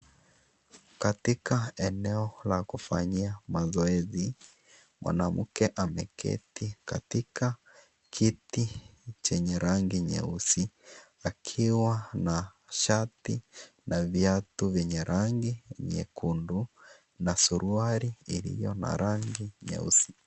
Katika eneo la kufanyia mazoezi mwanamke ameketi katika kiti chenye rangi nyeusi akiwa na shati na viatu vyenye rangi nyekundu na suruali iliyo na rangi nyeusi.